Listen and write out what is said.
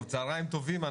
צהריים טובים.